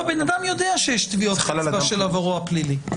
הבן אדם יודע שיש טביעות אצבע של עברו הפלילי,